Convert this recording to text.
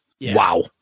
Wow